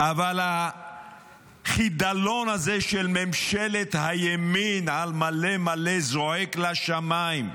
אבל החידלון הזה של ממשלת הימין המלא מלא זועק לשמיים.